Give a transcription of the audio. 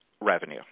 revenue